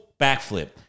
backflip